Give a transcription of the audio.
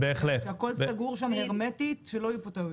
שהכל סגור שם הרמטית ושלא יהיו פה טעויות.